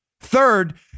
Third